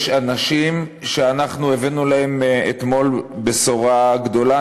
יש אנשים שאנחנו הבאנו להם אתמול בשורה גדולה.